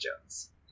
Jones